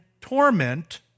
torment